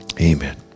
amen